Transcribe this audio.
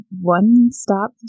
one-stop